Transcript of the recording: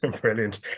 brilliant